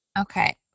Okay